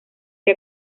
que